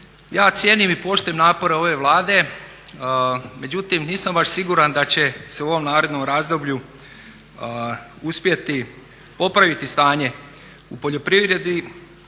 Ja cijenim i poštujem napore ove Vlade, međutim nisam baš siguran da će se u ovom narednom razdoblju uspjeti popraviti stanje u poljoprivredi